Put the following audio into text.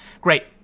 Great